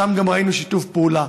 שם גם ראינו שיתוף פעולה.